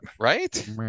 right